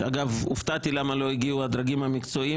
שאגב הופתעתי למה לא הגיעו הדרגים המקצועיים